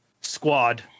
squad